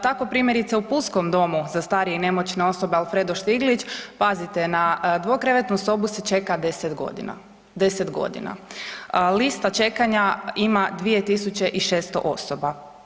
Tako primjerice u Pulskom domu za starije i nemoćne osobe „Alfredo Štiglić“, pazite na dvokrevetnu sobu se čeka 10.g., 10.g. Lista čekanja ima 2.600 osoba.